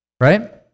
right